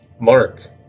mark